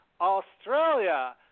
Australia